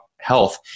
health